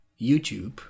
YouTube